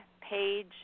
page